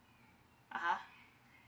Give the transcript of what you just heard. uh !huh!